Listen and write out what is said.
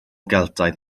geltaidd